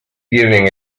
tienen